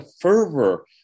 fervor